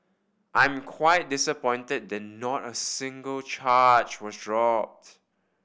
I'm quite disappointed that not a single charge was dropped